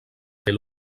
fer